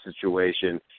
situation